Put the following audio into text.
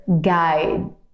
guide